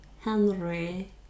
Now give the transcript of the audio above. Henry